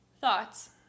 Thoughts